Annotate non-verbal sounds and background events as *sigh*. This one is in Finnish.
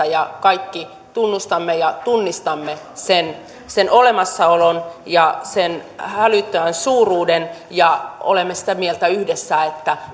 *unintelligible* ja kaikki tunnustamme ja tunnistamme sen sen olemassaolon ja sen hälyttävän suuruuden ja olemme sitä mieltä yhdessä että *unintelligible*